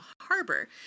harbor